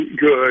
good